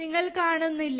നിങ്ങൾ കാണുന്നില്ലേ